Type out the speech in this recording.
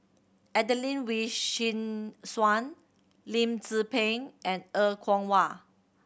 Adelene Wee Chin Suan Lim Tze Peng and Er Kwong Wah